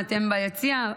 אתם ביציע,